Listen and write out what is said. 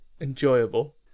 enjoyable